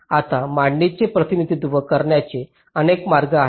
आता मांडणीचे प्रतिनिधित्व करण्याचे अनेक मार्ग आहेत